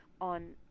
on